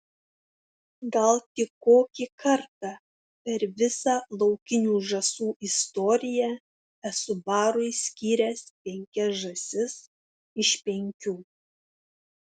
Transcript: gal tik kokį kartą per visą laukinių žąsų istoriją esu barui skyręs penkias žąsis iš penkių